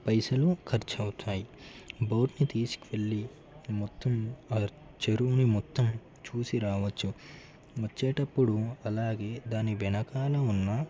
పైసలు ఖర్చవుతాయి బోట్ని తీసుకువెళ్లి మొత్తం చెరువుని మొత్తం చూసి రావచ్చు వచ్చేటప్పుడు అలాగే దాని వెనకాల ఉన్న